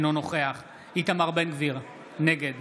אינו נוכח איתמר בן גביר, נגד